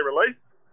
release